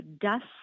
dust